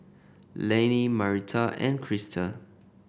Laney Marita and Christa